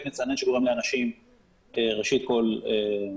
אנחנו צריכים לעבוד לפי עיקרון ה ---.